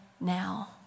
now